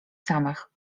samych